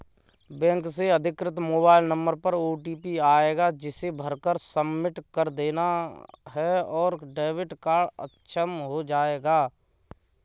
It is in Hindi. बैंक से अधिकृत मोबाइल नंबर पर ओटीपी आएगा जिसे भरकर सबमिट कर देना है और डेबिट कार्ड अक्षम हो जाएगा